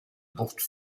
bucht